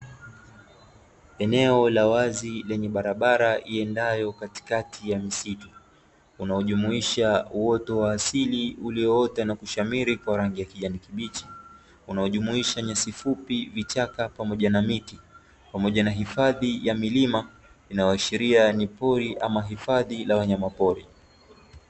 Eneo la wazi lenye barabara iendayo katikati ya misitu, unaojumisha uoto wa asili ulioota na kushamiri kwa rangi ya kijani kibichi; unaojumuisha nyasi fupi, vichaka pamoja na miti, pamoja na hifadhi ya milima inayoashiria ni pori ama hifadhi la wanyamapori.